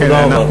תודה רבה.